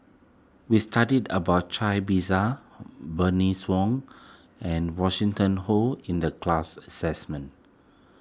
we studied about Cai Bixia Bernice Wong and Winston Oh in the class